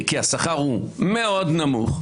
כי השכר מאוד נמוך,